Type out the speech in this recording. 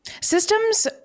systems